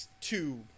two